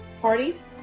parties